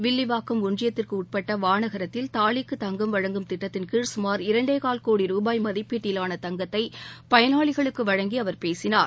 வில்லிவாக்கம் ஒன்றியத்திற்கு உட்பட்ட வானகரத்தில் தாலிக்குத்தங்கம் வழங்கும் திட்டத்தின் கீழ் சுமார் இரண்டேகால் கோடி ரூபாய் மதிப்பீட்டிலான தங்கத்தை பயனாளிகளுக்கு வழங்கி அவர் பேசினார்